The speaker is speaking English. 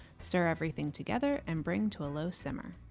stir everything together and bring to a low simmer.